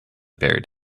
buried